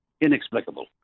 inexplicable